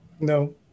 No